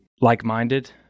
like-minded